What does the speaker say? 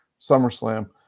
SummerSlam